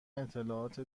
اطلاعات